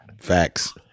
facts